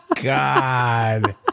God